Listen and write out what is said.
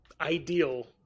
ideal